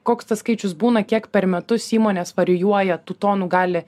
koks tas skaičius būna kiek per metus įmonės varijuoja tų tonų gali